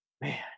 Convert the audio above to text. man